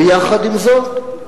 ויחד עם זאת,